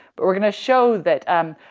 but we're gonna show that, um,